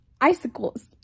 icicles